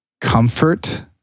comfort